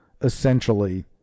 essentially